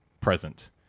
present